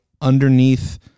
underneath